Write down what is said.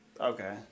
Okay